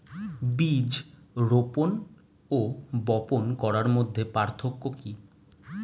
বীজ রোপন ও বপন করার মধ্যে পার্থক্য কি?